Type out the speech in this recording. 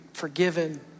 forgiven